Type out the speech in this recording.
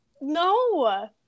No